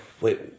wait